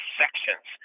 sections